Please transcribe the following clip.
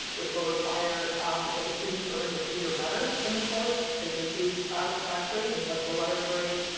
which will require if the student's earned a c or better in the course, they can choose satisfactory instead of the letter grade.